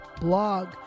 blog